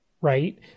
right